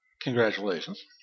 Congratulations